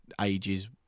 ages